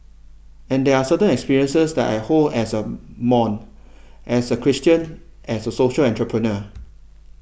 and there are certain experiences that I hold as a mom as a Christian as a social entrepreneur